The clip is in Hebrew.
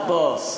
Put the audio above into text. גטאס.